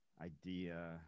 idea